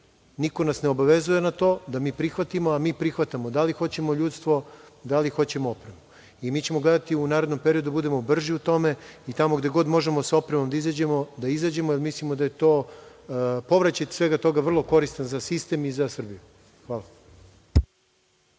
niko nas ne obavezuje na to da mi prihvatimo, a mi prihvatamo da li hoćemo ljudstvo, da li hoćemo opremu. Mi ćemo gledati u narednom periodu da budemo brži u tome i gde god možemo sa opremom da izađemo, da izađemo, jer mislimo da je povraćaj svega toga vrlo koristan za sistem i za Srbiju. Hvala.